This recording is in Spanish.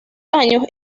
años